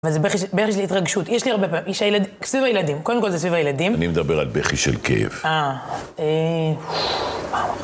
וזה בכי של, בכי של התרגשות. יש לי הרבה פעמים, סביב הילדים, קודם כל זה סביב הילדים. אני מדבר על בכי של כאב. אה.